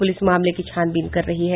police मामले की छानबीन कर रही है